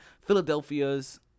Philadelphia's